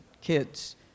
kids